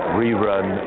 rerun